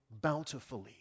bountifully